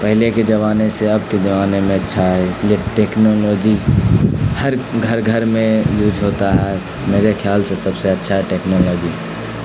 پہلے کے زمانے سے اب کے زمانے میں اچھا ہے اس لیے ٹیکنالوجی ہر گھر گھر میں یوز ہوتا ہے میرے خیال سے سب سے اچھا ہے ٹیکنالوجی